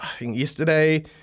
yesterday